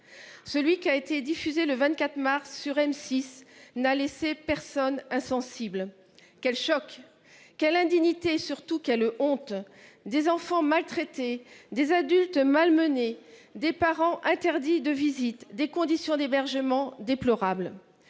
qui a été diffusé le 24 mars dernier sur M6 n’a laissé personne insensible. Quel choc ! Quelle indignité et surtout quelle honte ! Des enfants maltraités, des adultes malmenés, des parents interdits de visite, des conditions d’hébergement déplorables…